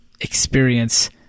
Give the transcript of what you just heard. experience